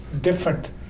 different